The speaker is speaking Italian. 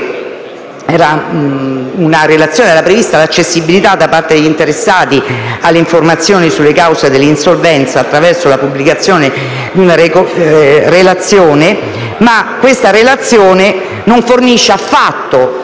Inoltre, era prevista l'accessibilità da parte degli interessati alle informazioni sulle cause dell'insolvenza attraverso la pubblicazione di una relazione, che però non fornisce affatto